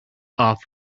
off